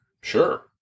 sure